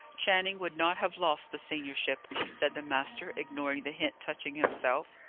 channing would not have lost the seniorship, said the master, ignoring the hint touching himself.